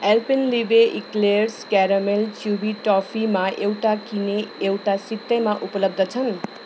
Alpenliebe eclairs caramel chewy टफीमा एउटा किने एउटा सित्तैमा उपलब्ध छन्